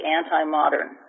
anti-modern